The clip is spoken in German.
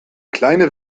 kleine